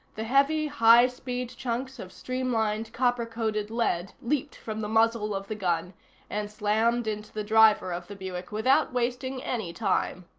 the heavy, high-speed chunks of streamlined copper-coated lead leaped from the muzzle of the gun and slammed into the driver of the buick without wasting any time.